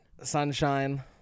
Sunshine